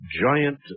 giant